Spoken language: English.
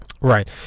Right